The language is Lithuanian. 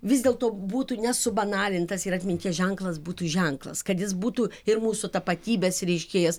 vis dėlto būtų nesubanalintas ir atminties ženklas būtų ženklas kad jis būtų ir mūsų tapatybės reiškėjas